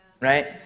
right